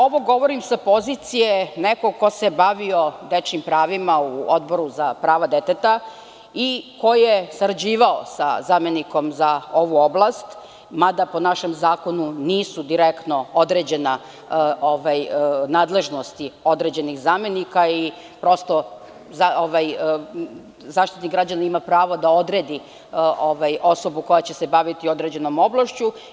Ovo govorim sa pozicije nekog ko se bavio dečijim pravima u Odboru za prava deteta i ko je sarađivao sa zamenikom za ovu oblast, mada po našem zakonu nisu direktno određene nadležnosti određenih zamenika i Zaštitnik građana ima pravo da odredi osobu koja će se baviti određenom oblašću.